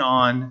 on